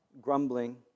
grumbling